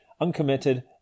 uncommitted